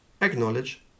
acknowledge